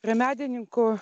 prie medininkų